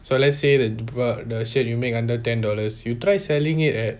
so let's say the the shirt you make under ten dollars you try selling it at